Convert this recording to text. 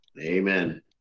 Amen